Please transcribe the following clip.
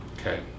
Okay